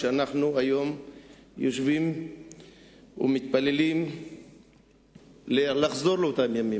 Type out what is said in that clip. ואנחנו היום יושבים ומתפללים לחזור לאותם ימים.